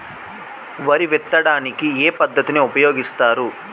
వరి విత్తడానికి ఏ పద్ధతిని ఉపయోగిస్తారు?